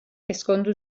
ezkondu